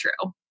true